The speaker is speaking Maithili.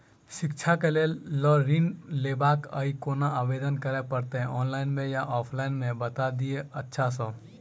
शिक्षा केँ लेल लऽ ऋण लेबाक अई केना आवेदन करै पड़तै ऑनलाइन मे या ऑफलाइन मे बता दिय अच्छा सऽ?